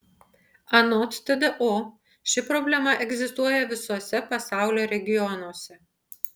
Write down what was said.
anot tdo ši problema egzistuoja visuose pasaulio regionuose